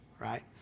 right